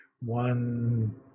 one